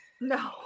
No